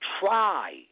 Try